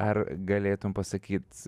ar galėtum pasakyt